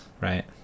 right